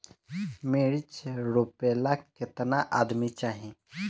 मिर्च रोपेला केतना आदमी चाही?